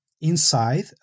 inside